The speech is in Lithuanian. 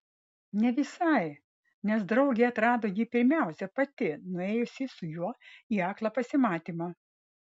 ne visai nes draugė atrado jį pirmiausia pati nuėjusi su juo į aklą pasimatymą